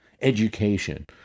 Education